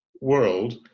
world